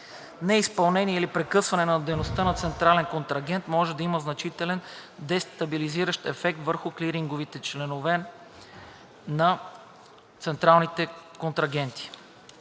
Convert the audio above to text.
Неизпълнение или прекъсване на дейността на централен контрагент може да има значителен дестабилизиращ ефект върху клиринговите членове на ЦК, техните клиенти